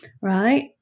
Right